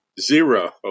zero